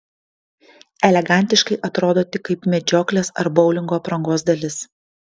elegantiškai atrodo tik kaip medžioklės ar boulingo aprangos dalis